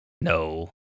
No